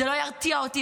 זה לא ירתיע אותי.